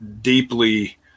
deeply